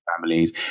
families